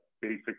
basic